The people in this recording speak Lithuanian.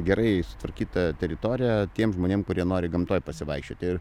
gerai sutvarkytą teritoriją tiem žmonėm kurie nori gamtoj pasivaikščioti ir